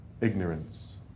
Ignorance